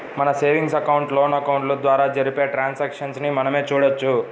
మన savings account, loan అకౌంట్ల ద్వారా జరిపే ట్రాన్సాక్షన్స్ ని మనమే చూడొచ్చు